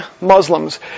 Muslims